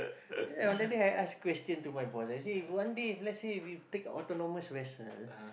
that day I ask question to my boss I say one day if let's say we take autonomous vessel